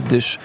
Dus